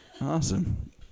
Awesome